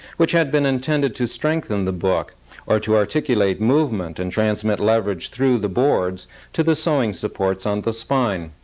which had been intended to strengthen the book or to articulate movement and transmit leverage through the boards to the sewing supports on the spine.